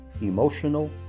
emotional